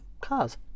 cars